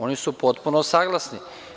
Oni su potpuno saglasni.